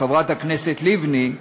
חברת הכנסת לבני,